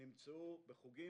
נמצאו חוגים,